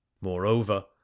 moreover